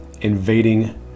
invading